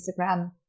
Instagram